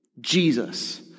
Jesus